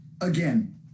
Again